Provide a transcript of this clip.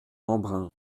embrun